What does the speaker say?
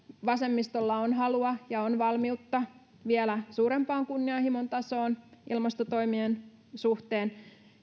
vasemmistolla on halua ja valmiutta vielä suurempaan kunnianhimon tasoon ilmastotoimien suhteen